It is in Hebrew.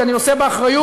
כי אני נושא באחריות,